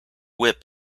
whip